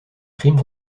crimes